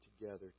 together